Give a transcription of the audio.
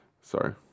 Sorry